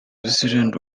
president